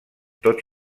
tot